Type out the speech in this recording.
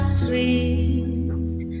sweet